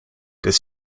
des